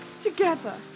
together